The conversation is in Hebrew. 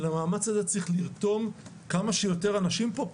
ולמאמץ הזה צריך לרתום כמה שיותר אנשים פה,